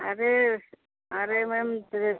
अरे अरे मैम त्रे